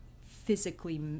physically